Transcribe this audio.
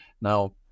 now